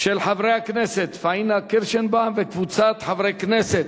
של חברי הכנסת פניה קירשנבאום וקבוצת חברי הכנסת,